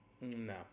No